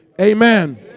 Amen